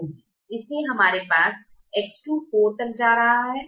इसलिए हमारे पास X2 यह 4 तक जा रहा है